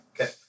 Okay